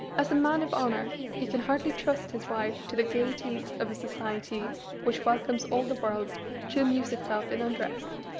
as a man of honour, he can hardly trust his wife to the gaieties of a society which welcomes all the world to amuse itself in undress.